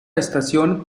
estación